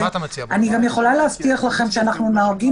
אני גם יכולה להבטיח לכם שאנחנו נוהגים